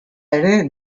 ere